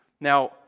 Now